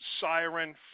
siren